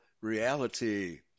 reality